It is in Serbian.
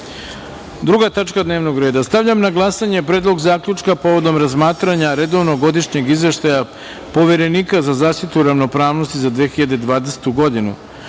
tačka dnevnog reda – stavljam na glasanje Predlog zaključka povodom razmatranja Redovnog godišnjeg izveštaja Poverenika za zaštitu ravnopravnosti za 2020. godinu,